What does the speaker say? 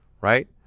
right